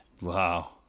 Wow